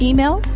Email